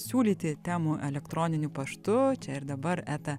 siūlyti temų elektroniniu paštu čia ir dabar eta